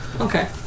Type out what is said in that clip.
Okay